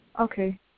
Okay